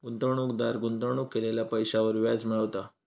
गुंतवणूकदार गुंतवणूक केलेल्या पैशांवर व्याज मिळवता